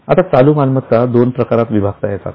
आता चालू मालमत्ता दोन प्रकारात विभागता येतात